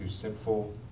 sinful